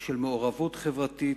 של מעורבות חברתית,